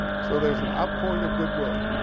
so there's an outpouring of goodwill.